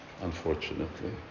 unfortunately